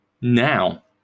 now